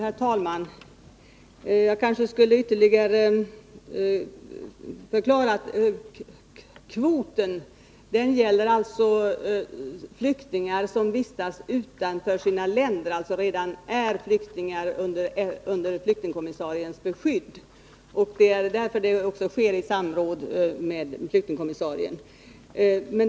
Herr talman! Jag kanske skulle förklara det hela ytterligare. Kvoten gäller flyktingar som vistas utanför sina länder och alltså redan är flyktingar under flyktingkommissariens beskydd. Det är därför urvalet sker i samråd med flyktingkommissarien.